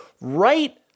right